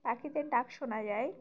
পাখিদের ডাক শোনা যায়